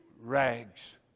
rags